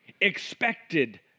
expected